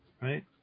right